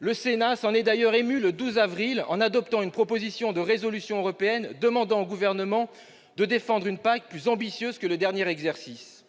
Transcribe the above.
Le Sénat s'en est ému le 12 avril en adoptant une proposition de résolution européenne demandant au Gouvernement de défendre une PAC plus ambitieuse que le dernier exercice.